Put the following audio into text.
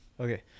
Okay